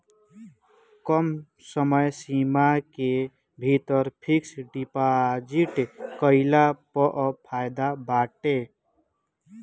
कम समय सीमा के भीतर फिक्स डिपाजिट कईला पअ फायदा बाटे